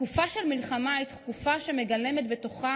תקופה של מלחמה היא תקופה שמגלמת בתוכה